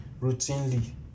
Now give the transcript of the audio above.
routinely